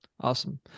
Awesome